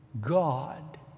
God